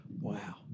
wow